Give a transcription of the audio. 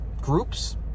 groups